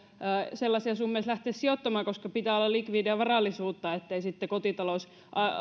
sellaisia summia edes lähteä sijoittamaan koska pitää olla likvidiä varallisuutta ettei kotitalous sitten